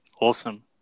awesome